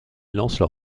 lancent